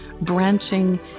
branching